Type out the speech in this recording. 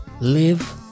Live